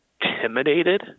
intimidated